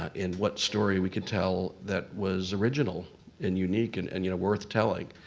and what story we could tell that was original and unique and and you know worth telling.